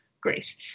grace